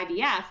IVF